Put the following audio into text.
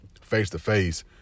face-to-face